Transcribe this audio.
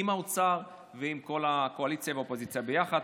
עם האוצר ועם כל הקואליציה והאופוזיציה יחד.